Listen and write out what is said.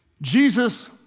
Jesus